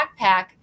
backpack